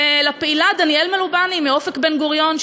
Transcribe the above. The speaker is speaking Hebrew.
לפעילה דניאל מלובני מ"אופק" בבן-גוריון,